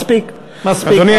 מספיק, מספיק.